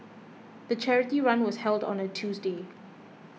the charity run was held on a Tuesday